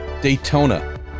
Daytona